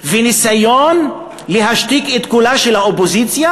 ניסיון להשתיק את קולה של האופוזיציה